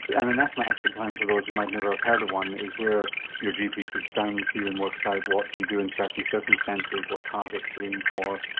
and an asthma action plan for those who might never have heard of one is where your gp sits down with you and works out what you do in certain circumstances, what targets to aim for,